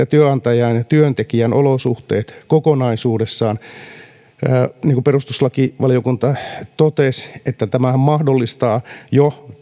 työnantajan ja työntekijän olosuhteet kokonaisuudessaan niin kuin perustuslakivaliokunta totesi tämä sanamuotohan mahdollistaa jo